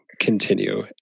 continue